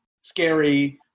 scary